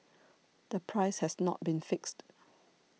the price has not been fixed